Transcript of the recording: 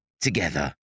together